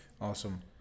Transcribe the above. Awesome